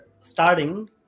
starting